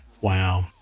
Wow